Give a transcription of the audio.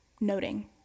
noting